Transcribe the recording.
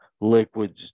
liquids